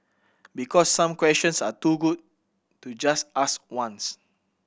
because some questions are too good to just ask once